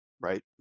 Right